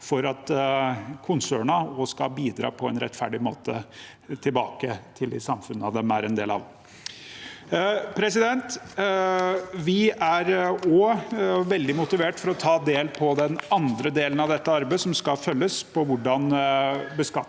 for at konsernene også skal bidra på en rettferdig måte tilbake til de samfunnene de er en del av. Vi er også veldig motivert for å ta del i den andre delen av dette arbeidet, som skal følges opp, om hvordan beskatningen